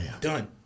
Done